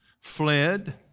fled